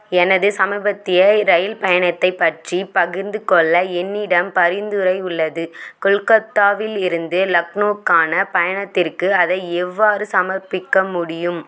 எனது சமீபத்திய ரயில் பயணத்தைப் பற்றி பகிர்ந்து கொள்ள என்னிடம் பரிந்துரை உள்ளது கொல்கத்தாவில் இருந்து லக்னோக்கான பயணத்திற்கு அதை எவ்வாறு சமர்ப்பிக்க முடியும்